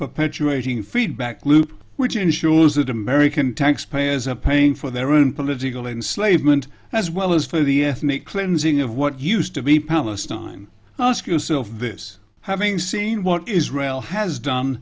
perpetuating feedback loop which ensures that american taxpayers are paying for their own political enslavement as well as for the ethnic cleansing of what used to be palestine now ask yourself this having seen what israel has done